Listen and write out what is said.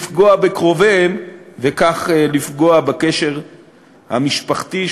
לפגוע בקרוביהם וכך לפגוע בקשר המשפחתי,